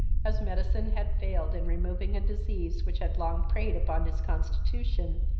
as medicine had failed in removing a disease which had long preyed upon his constitution,